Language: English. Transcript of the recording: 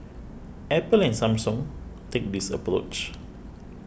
Apple and Samsung take this approach